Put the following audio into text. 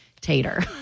Tater